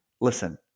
listen